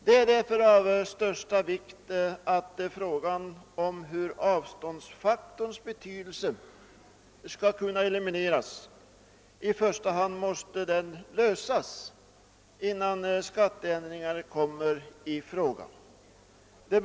Därför är det av allra största vikt att frågan om hur avståndsfaktorns betydelse skall kunna elimineras blir löst innan skatteändringar kommer i fråga.